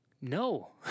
No